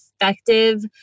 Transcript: effective